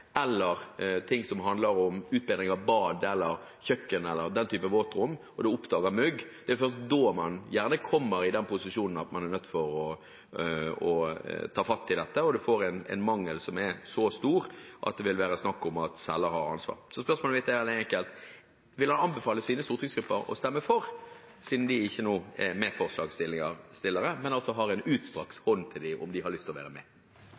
eller som handler om utbedring av bad eller kjøkken – den typen våtrom – og man oppdager mugg, man gjerne kommer i den posisjonen at man er nødt til å ta fatt i dette, og det er en mangel som er så stor at det vil være snakk om at selger har ansvaret. Spørsmålet mitt er veldig enkelt: Vil han anbefale sine stortingsgrupper å stemme for, siden de ikke er medforslagsstillere? Dette er en utstrakt hånd til dem – om de har lyst til å være med.